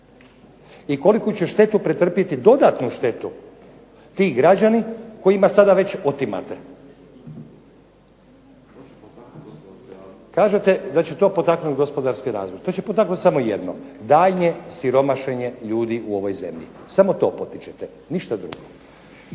i koliku će štetu pretrpiti dodatnu štetu ti građani kojima sada već otimate? Kažete da će to potaknuti gospodarski razvoj. To će potaknuti samo jedno, daljnje siromašenje ljudi u ovoj zemlji. Samo to potičete, ništa drugo.